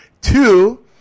Two